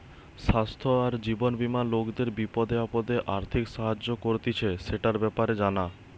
স্বাস্থ্য আর জীবন বীমা লোকদের বিপদে আপদে আর্থিক সাহায্য করতিছে, সেটার ব্যাপারে জানা